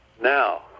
Now